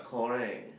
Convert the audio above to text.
correct